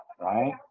Right